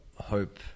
hope